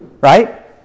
right